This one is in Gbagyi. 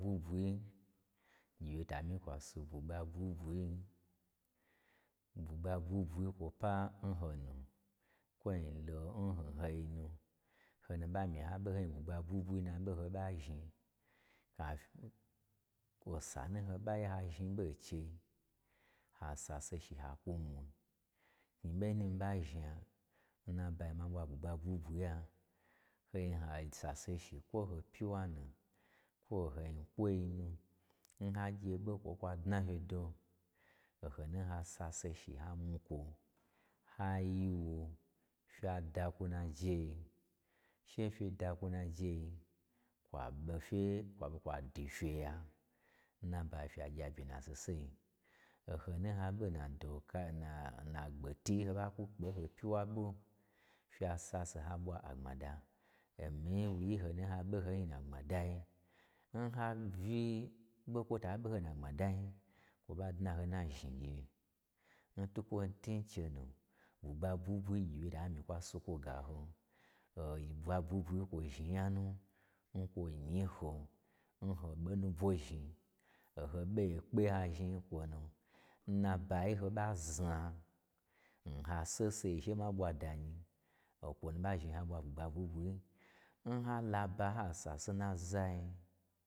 Gyi wye ta myi kwasi bwu gba bwuibwuin. Bwugba bwuibwui kwo pa n ho nu, kwoin la n-n hoi nu, ho nu ɓa myi ha ɓe ho nyi n bwu gba bwuibwui n nabohoi n ho ɓa zhni kafyi n kwo sanu n ho ɓaye hazhni ɓo n chei, ha sase shi hakwu mwui. Knyi ɓei nu n mii ɓa zhna, n nabayi ma ɓwa bwugba bwui bwui ya. Hoif ha sase shi kwo n ho pyiwa nu, kwo n hoi nyikwoi nu, n ha gye ɓo kwo kwa dna hodo, o ho nu n ha sase shi ha mwui kwo. Ha yi wo fya da kwo n najeyi, she fye dakwon najei, kwa ɓe fye kwaɓe kwa dwu fye ya, nnabayi fya gyabyen na saseyi. Oho nu nha ɓe n na dwokai nna-nna gbet u i n ho ɓa kwu kpe n ho pyiwa ɓo, fya sase ha ɓwa agbmada, omii ɓwugyi ho nu ye ha ɓe ho nyi n na gbmadayi. N ha uyi ɓon kwo ta ɓoho n na gbmadayi, kwo ɓa dna ho nna zhni gye. N twukwo tun n chenu bwugba bwuibwui gyiwye ta myi kwa si kwo ga hon, o-n bwi gba bwui bwui kwo zhni nya nu n kwo nyi n ho, n ho ɓo nubwo zhni, oho ɓoye kpe hazni kwonu, nnabayi n ho ɓa zna n ha sesei she ma ɓwa da nyi, okwu nu ɓa zhni ha ɓwa bwugba bwui, n ha laba ha sase n nazai.